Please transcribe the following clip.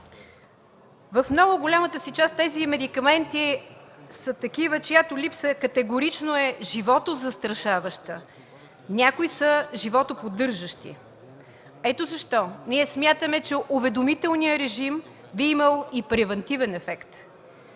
В много голямата си част тези медикаменти са такива, чиято липса е категорично животозастрашаваща, а някои са животоподдържащи. Ето защо ние смятаме, че уведомителният режим би имал и превантивен ефект.